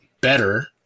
better